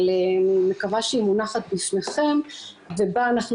אבל אני מקווה שהיא מונחת בפניכם ובה אנחנו